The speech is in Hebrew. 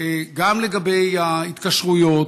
גם לגבי ההתקשרויות,